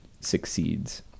succeeds